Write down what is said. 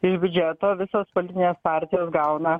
iš biudžeto visos politinės partijos gauna